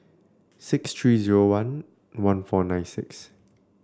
six three zero one one four nine six